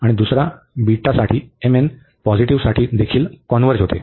आणि दुसरा पॉझिटिव्हसाठी देखील कॉन्व्हर्ज होतो